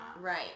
Right